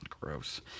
Gross